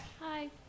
Hi